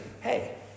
hey